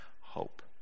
Hope